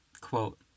quote